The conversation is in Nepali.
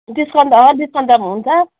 डिस्काउन्ट त डिस्काउन्ट त अब हुन्छ